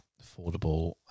affordable